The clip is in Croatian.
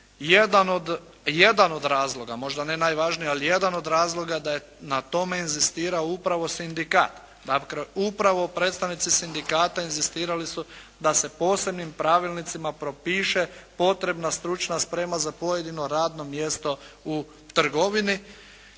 Jedan od razloga, možda ne najvažniji, ali jedan od razloga da je na tome inzistirao upravo sindikat. Dakle, upravo predstavnici sindikata inzistirali su da se posebnim pravilnicima propiše potrebna stručna sprema za pojedino radno mjesto u trgovini.